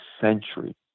century